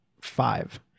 five